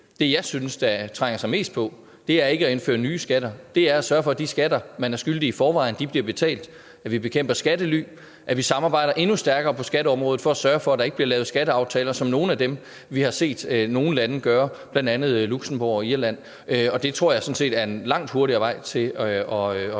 det, jeg synes trænger sig mest på, ikke er at indføre nye skatter, men at sørge for, at de skatter, man i forvejen er skyldig, bliver betalt, at vi bekæmper skattely, og at vi samarbejder endnu stærkere på skatteområdet for at sørge for, at der ikke bliver lavet skatteaftaler som nogle af dem, vi har set nogle lande lave, bl.a. Luxembourg og Irland. Og det tror jeg sådan set er en langt hurtigere vej til at